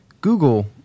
Google